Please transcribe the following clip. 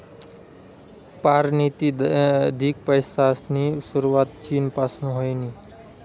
पारतिनिधिक पैसासनी सुरवात चीन पासून व्हयनी